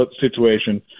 situation